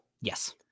Yes